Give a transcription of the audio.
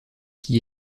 qui